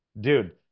dude